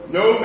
no